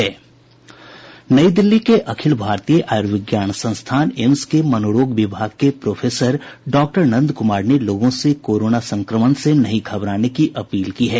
नई दिल्ली के अखिल भारतीय आयुर्विज्ञान संस्थान एम्स के मनोरोग विभाग के प्रोफेसर डॉक्टर नन्द कुमार ने लोगों से कोरोना संक्रमण से नहीं घबराने की अपील की है